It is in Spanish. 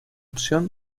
opción